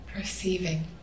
perceiving